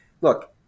look